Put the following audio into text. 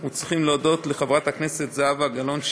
אנחנו צריכים להודות לחברת הכנסת זהבה גלאון,